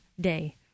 day